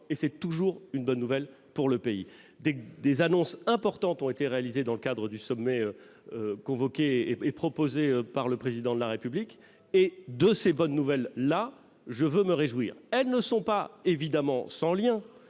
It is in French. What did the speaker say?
et c'est toujours une bonne nouvelle pour le pays. D'importantes annonces ont été réalisées dans le cadre du sommet organisé par le Président de la République. De ces bonnes nouvelles, je veux me réjouir. Elles ne sont pas évidemment sans lien